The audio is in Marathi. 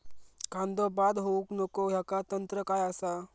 कांदो बाद होऊक नको ह्याका तंत्र काय असा?